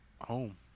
home